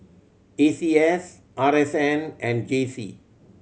A C S R S N and J C